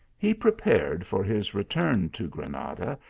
he prepared for his return to granada,